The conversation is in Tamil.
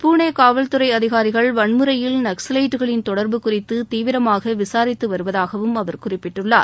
புனே காவல் துறை அதிகாரிகள் வன்முறையில் நக்ஸவைட்டுகளின் தொடர்பு குறித்து தீவிரமாக விசாரித்து வருவதாகவும் அவர் குறிப்பிட்டுள்ளார்